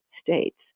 States